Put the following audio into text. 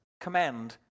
command